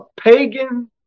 pagan